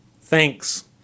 Thanks